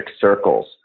circles